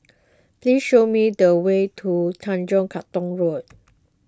please show me the way to Tanjong Katong Road